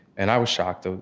and i was shocked. ah